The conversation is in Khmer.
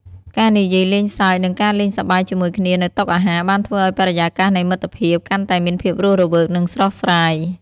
ការនិយាយលេងសើចនិងការលេងសប្បាយជាមួយគ្នានៅតុអាហារបានធ្វើឱ្យបរិយាកាសនៃមិត្តភាពកាន់តែមានភាពរស់រវើកនិងស្រស់ស្រាយ។